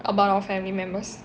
about our family members